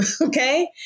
Okay